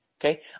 Okay